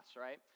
right